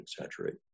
exaggerate